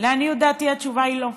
לעניות דעתי, התשובה היא לא.